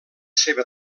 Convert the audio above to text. seva